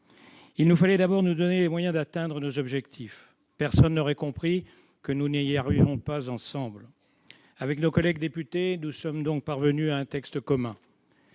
Il nous fallait d'abord nous donner les moyens d'atteindre nos objectifs. Personne n'aurait compris que nous n'y arrivions pas ensemble. Avec nos collègues députés, nous sommes donc parvenus à un texte commun.